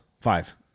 Five